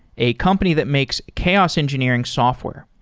a company that makes chaos engineering software.